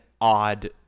odd